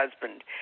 husband